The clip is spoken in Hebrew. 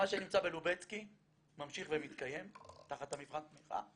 מה שנמצא בלובצקי ממשיך ומתקיים תחת מבחן התמיכה,